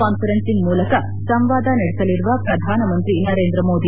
ಕಾನ್ಸರೆನ್ಸಿಂಗ್ ಮೂಲಕ ಸಂವಾದ ನಡೆಸಲಿರುವ ಪ್ರಧಾನಮಂತಿ ನರೇಂದ ಮೋದಿ